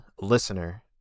listener